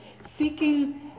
seeking